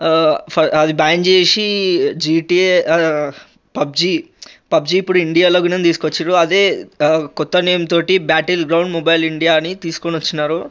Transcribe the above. అది బ్యాన్ చేసి GTA PUBG PUBG ఇప్పుడు ఇండియాలో కూడా తీసుకొచ్చిండ్రు అదే కొత్త నేమ్ తోటి బ్యాటిల్ గ్రౌండ్ మొబైల్ ఇండియా అని తీసుకొని వచ్చినారు